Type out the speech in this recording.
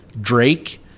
Drake